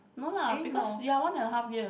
no lah because ya one and half year